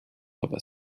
aber